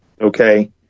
Okay